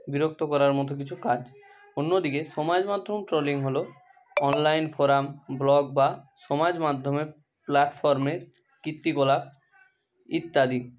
বিরক্ত করার মতো কিছু কাজ অন্য দিকে সমাজ মাধ্যম ট্রোলিং হলো অনলাইন ফোরাম ব্লগ বা সমাজ মাধ্যমে প্ল্যাটফর্মে কীর্তিকলাপ ইত্যাদি